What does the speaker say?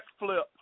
backflip